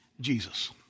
Jesus